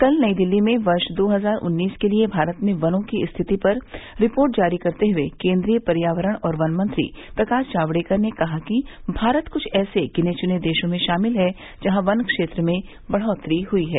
कल नई दिल्ली में वर्ष दो हजार उन्नीस के लिए भारत में वनों की स्थिति पर रिपोर्ट जारी करते हुए केन्द्रीय पर्यावरण और वन मंत्री प्रकाश जावड़ेकर ने कहा कि भारत कुछ ऐसे गिनेवुने देशों में शामिल है जहां वन क्षेत्र में बढ़ोत्तरी हुई है